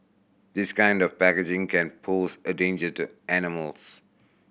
this kind of packaging can pose a danger to animals